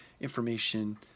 information